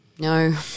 No